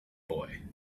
boy